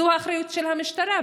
זו האחריות של הממשלה.